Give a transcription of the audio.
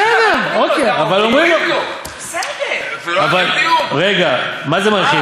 בסדר, רגע, אבל אומרים לו, מה זה "מאריכין"?